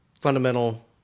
fundamental